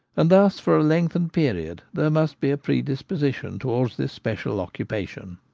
and thus for a lengthened period there must be a predisposition towards this special occupation.